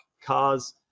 cars